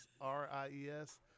R-I-E-S